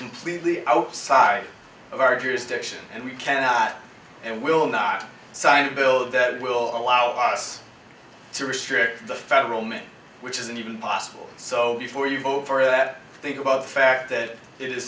completely outside of our viewers direction and we cannot and will not sign a bill that will allow us to restrict the federal money which isn't even possible so before you vote for that think about the fact that it is